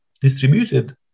distributed